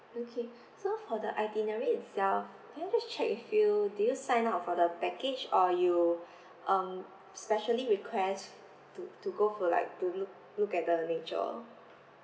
okay so for the itinerary itself can I just check with you did you sign up for the package or you um specially request to to go for like to look look at the nature